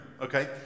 okay